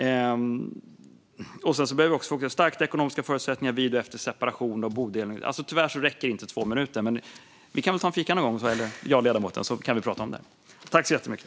Jag skulle också vilja säga någonting om stärkta ekonomiska förutsättningar vid och efter separation och bodelning. Tyvärr räcker det inte med två minuters talartid, men jag och ledamoten kan väl ta en fika någon gång och prata om det.